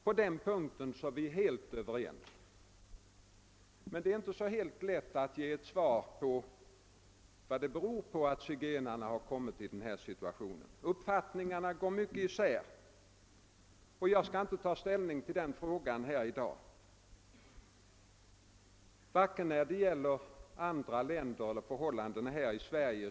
På den punkten är vi helt överens, men det är inte så lätt att förklara varför zigenarna råkat i denna situation. Uppfattningarna därom går starkt isär och jag skall inte ta ställning till denna fråga i dag, vare sig beträffande förhållandena i andra länder eller här i Sverige.